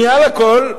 מעל הכול,